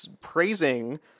praising